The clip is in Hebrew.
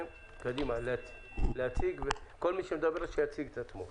קדימה, להציג, וכל מי שמדבר, שיציג את עצמו.